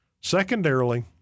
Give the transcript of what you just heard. Secondarily